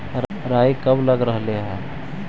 राई कब लग रहे है?